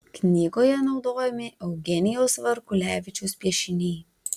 knygoje naudojami eugenijaus varkulevičiaus piešiniai